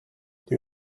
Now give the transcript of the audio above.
did